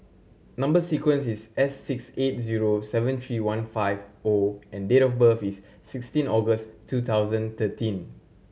number sequence is S six eight zero seven three one five O and date of birth is sixteen August twenty thirteen